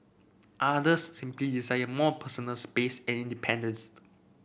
others simply desire more personal space and independenced